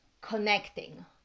connecting